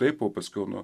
taip o paskiau nuo